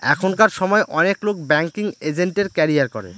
এখনকার সময় অনেক লোক ব্যাঙ্কিং এজেন্টের ক্যারিয়ার করে